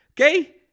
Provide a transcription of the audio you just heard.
okay